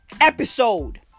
Episode